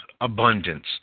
abundance